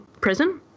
prison